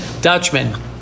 Dutchman